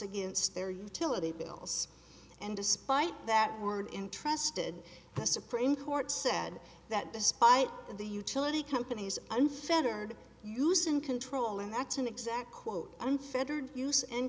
against their utility bills and despite that word interested the supreme court said that despite the utility companies unfettered use in control and that's an exact quote unfettered use